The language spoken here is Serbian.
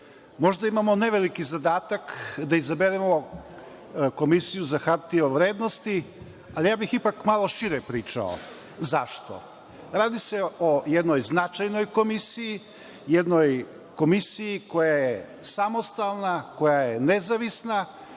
možda imamo ne veliki zadatak da izaberemo Komisiju za hartije od vrednosti, ali ja bih ipak malo šire pričao.Zašto? Radi se o jednoj značajnoj komisiji, jednoj komisiji koja je samostalna, koja je nezavisna